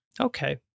Okay